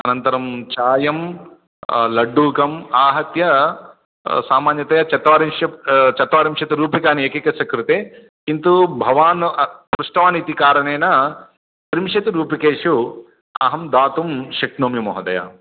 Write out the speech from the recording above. अनन्तरं चायं लड्डुकम् आहत्य सामान्यतया चत्वारिंशत् चत्वारिंशत् रूप्यकाणि एकैकस्य कृते किन्तु भवान् पृष्टवान् इति कारणेन त्रिंशति रूप्यकेषु अहं दातुं शक्नोमि महोदय